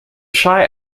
shy